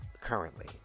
currently